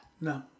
No